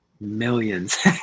Millions